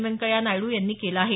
व्यंकय्या नायडू यांनी केलं आहे